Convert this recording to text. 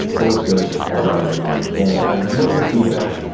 the list goes on and on and on. and i would love your feedback.